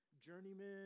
journeyman